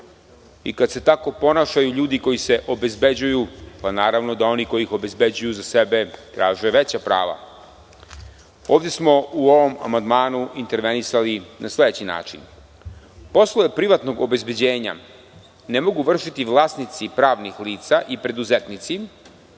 i kad se tako ponašaju ljudi koji se obezbeđuju, pa naravno da oni koji ih obezbeđuju za sebe traže veća prava.U ovom amandmanu smo intervenisali na sledeći način. Poslove privatnog privatnog obezbeđenja ne mogu vršiti vlasnici pravnih lica i preduzetnici